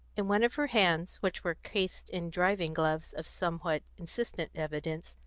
in one of her hands, which were cased in driving gloves of somewhat insistent evidence,